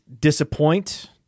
disappoint